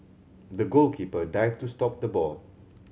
the goalkeeper dived to stop the ball